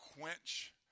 quench